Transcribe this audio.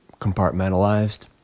compartmentalized